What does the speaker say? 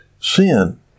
sin